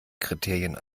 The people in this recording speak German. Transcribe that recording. kriterien